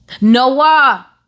Noah